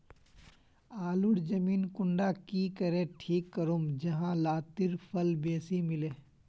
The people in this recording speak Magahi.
आलूर जमीन कुंडा की करे ठीक करूम जाहा लात्तिर फल बेसी मिले?